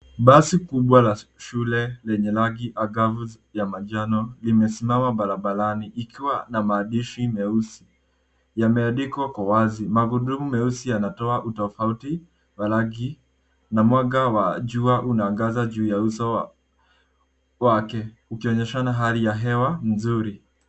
Basi kubwa la shule lenye rangi angavu ya manjano limesimama barabarani ikiwa na maandishi meusi yameandikwa kwa wazi. Magurudumu meusi yanatoa utofauti wa rangi na mwanga wa jua unaangaza juu ya uso wake ukionyeshana hali ya hewa nzuri.